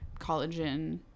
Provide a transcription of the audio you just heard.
collagen